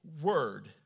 word